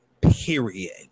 period